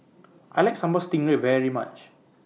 I like Sambal Stingray very much